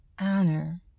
honor